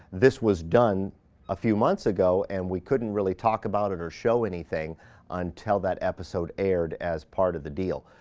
this was done a few months ago, and we couldn't really talk about it or show anything until that episode aired as part of the deal.